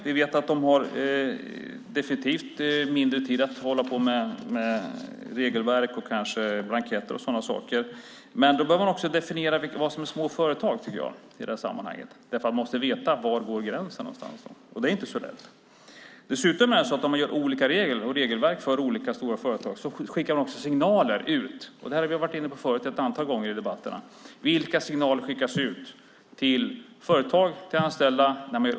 Vi vet att de definitivt har mindre tid att hålla på med regelverk, blanketter och sådana saker. Men i det sammanhanget bör man också definiera vad som är små företag, för man måste veta var gränsen går, och det är inte så lätt. Dessutom är det så att om man har olika regler för olika stora företag - det här har vi varit inne på förut ett antal gånger i debatterna - vilka signaler skickas då ut till företag och anställda?